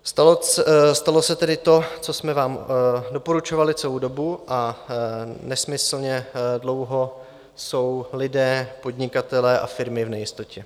Stalo se tedy to, co jsme vám doporučovali celou dobu, a nesmyslně dlouho jsou lidé, podnikatelé a firmy v nejistotě.